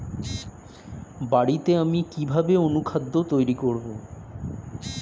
বাড়িতে আমি কিভাবে অনুখাদ্য তৈরি করব?